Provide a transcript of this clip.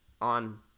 on